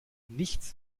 nichts